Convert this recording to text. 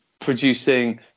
producing